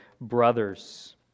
brothers